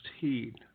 heed